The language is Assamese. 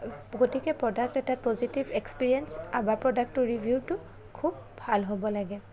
গতিকে প্ৰডাক্ট এটাৰ পজিটিভ এক্সপ্ৰিৰিয়েঞ্চ বা প্ৰডাক্টটোৰ ৰিভিউটো খুব ভাল হ'ব লাগে